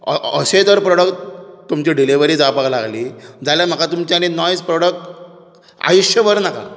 अशें जर प्रोडक्ट तुमच्यो डिलिवरी जावपाक लागली जाल्यार म्हाका तुमचें आनी नॉयज प्रॉडक्ट आयुश्यभर नाकात